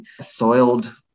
soiled